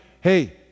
hey